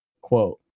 Quote